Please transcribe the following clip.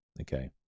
Okay